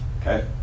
okay